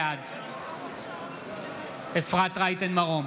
בעד אפרת רייטן מרום,